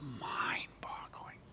mind-boggling